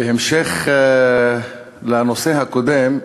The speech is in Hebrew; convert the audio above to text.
בהמשך לנושא הקודם,